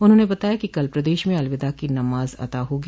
उन्होंने बताया कि कल प्रदेश में अलविदा की नमाज अता होगी